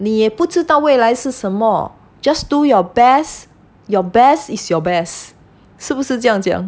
你也不知道未来是什么 just do your best your best is your best 是不是这样讲